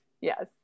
yes